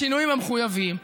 בשינויים המחויבים.